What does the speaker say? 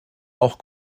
auch